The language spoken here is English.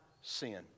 sin